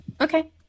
Okay